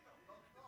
פותח וסוגר.